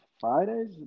Fridays